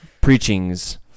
preachings